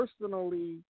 personally